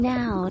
Now